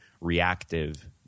reactive